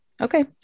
Okay